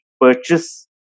purchase